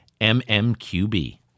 MMQB